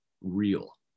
real